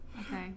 Okay